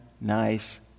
nice